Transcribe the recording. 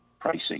pricing